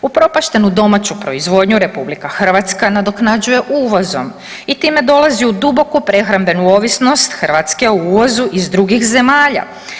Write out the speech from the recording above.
Upropaštenu domaću proizvodnju RH nadoknađuje uvozom i tome dolazi u duboku prehrambenu ovisnost Hrvatske o uvozu iz drugih zemalja.